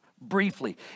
briefly